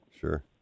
sure